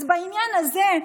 אז בעניין הזה,